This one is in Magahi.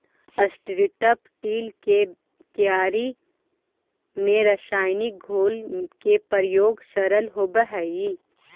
स्ट्रिप् टील के क्यारि में रसायनिक घोल के प्रयोग सरल होवऽ हई